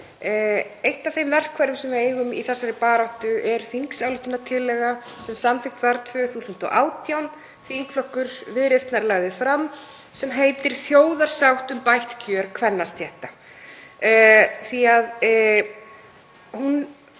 Eitt af þeim verkfærum sem við eigum í þessari baráttu er þingsályktunartillaga sem samþykkt var 2018, sem þingflokkur Viðreisnar lagði fram, sem heitir Þjóðarsátt um bætt kjör kvennastétta. Hún